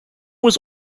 was